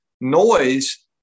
noise